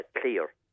clear